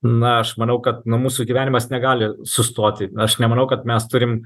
na aš manau kad nu mūsų gyvenimas negali sustoti aš nemanau kad mes turim